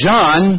John